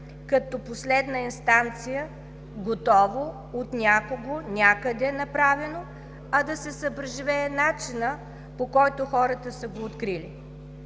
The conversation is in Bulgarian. като последна инстанция готово – от някого някъде направено, а да се съпреживее начинът, по който хората са го открили.